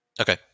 okay